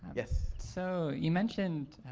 yes. so, you mentioned,